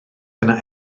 yna